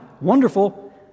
Wonderful